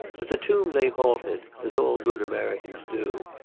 at the tomb they halted, as all good americans do,